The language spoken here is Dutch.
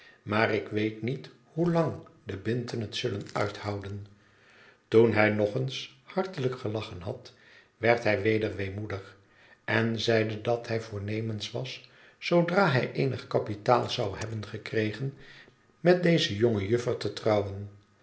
maar ik weet niet hoelang de binten het zullen uithouden toen hij nog eens hartehjk gelachen had werd hij weder weemoedig en zeide dat hij voornemens was zoodra hij eenig kapitaal zou hebben gekregen met deze jonge juffer te trouwen